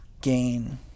gain